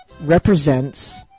represents